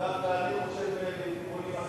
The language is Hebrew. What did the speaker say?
דווקא אני חושב לכיוונים אחרים.